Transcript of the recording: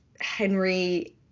Henry